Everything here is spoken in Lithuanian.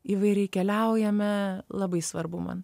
įvairiai keliaujame labai svarbu man